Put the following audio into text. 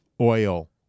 Oil